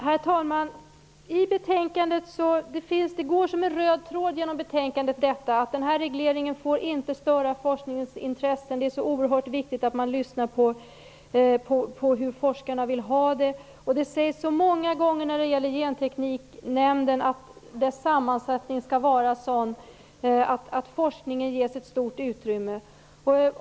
Herr talman! Det går som en röd tråd genom betänkandet att den här regleringen inte får störa forskningens intressen. Det är så oerhört viktigt att vi lyssnar på hur forskarna vill ha det. Det sägs så många gånger att Gentekniknämndens sammansättning skall vara sådan att forskningen ges ett stort utrymme.